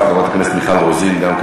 אני רק